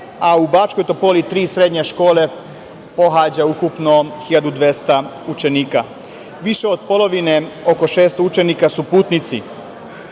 a u Bačkoj Topoli tri srednje škole pohađa ukupno 1200 učenika. Više od polovine, oko 600 učenika su putnici.